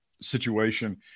situation